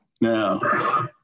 Now